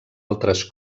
altres